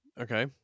Okay